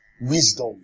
Wisdom